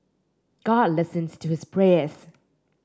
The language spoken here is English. god listens to his prayers